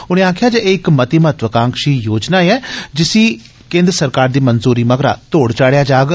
उनें आक्खेआ जे एह इक मती महत्वाकांक्षी योजना ऐ जिसी केन्द्र सरकार दी मंजूरी मगरा तोड़ चाढ़ेआ जाग